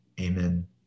Amen